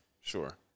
sure